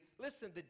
listen